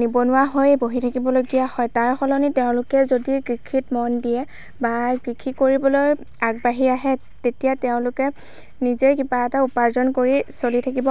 নিবনুৱা হৈ বহি থাকিব লগীয়া হয় তাৰ সলনি তেওঁলোকে যদি কৃষিত মন দিয়ে বা কৃষি কৰিবলৈ আগবাঢ়ি আহে তেতিয়া তেওঁলোকে নিজেই কিবা এটা উপাৰ্জন কৰি চলি থাকিব